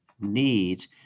need